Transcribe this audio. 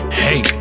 hey